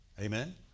Amen